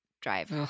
drive